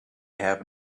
have